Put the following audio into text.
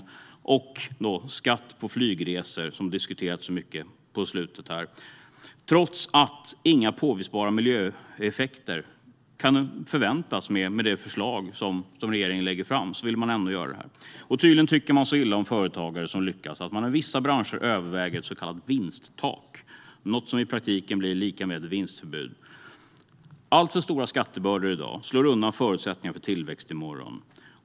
Regeringen vill införa en skatt på flygresor, vilket diskuterats mycket den senaste tiden, trots att inga påvisbara miljöeffekter förväntas genom förslaget. Tydligen tycker regeringen så illa om företagare som lyckas att man för vissa branscher överväger ett så kallat vinsttak. Det är i praktiken lika med ett vinstförbud. Alltför stora skattebördor i dag slår undan förutsättningarna för tillväxt i morgon.